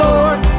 Lord